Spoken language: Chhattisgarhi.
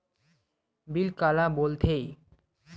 बिल काला बोल थे?